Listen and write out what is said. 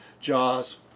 jaws